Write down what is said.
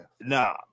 nah